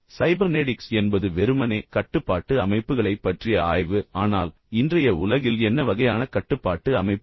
cybernetics என்பது வெறுமனே கட்டுப்பாட்டு அமைப்புகளைப் பற்றிய ஆய்வு ஆனால் இன்றைய உலகில் என்ன வகையான கட்டுப்பாட்டு அமைப்புகள்